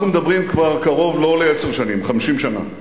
אנחנו מדברים כבר קרוב, לא לעשר שנים, 50 שנה,